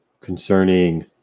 Concerning